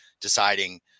deciding